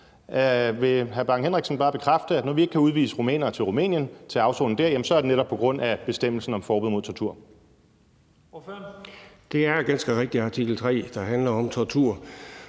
Vil hr. Preben Bang Henriksen bare bekræfte, at når vi ikke kan udvise rumænere til afsoning i Rumænien, er det netop på grund af bestemmelsen om forbud mod tortur?